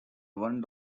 one